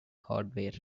hardware